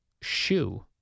shoe